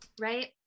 right